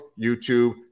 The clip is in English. YouTube